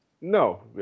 no